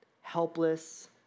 helpless